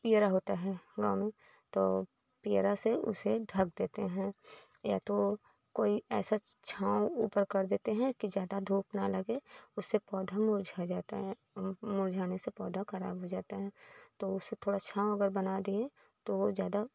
पियरा होता है गाँव में तो पियरा से उसे ढँक देते हैं या तो कोई ऐसा छांव ऊपर कर देते हैं कि ज्यादा धूप ना लगे उससे पौधा मुरझा जाता है मुरझाने से पौधा खराब हो जाता है तो उसे थोड़ा छांव अगर बना दें तो वो ज्यादा